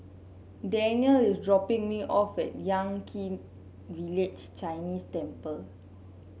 Dannielle is dropping me off at Yan Kit Village Chinese Temple